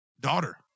daughter